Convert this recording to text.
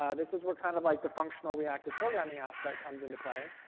ah this is where kind of like the functional reactive programming aspect comes into play.